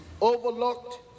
overlooked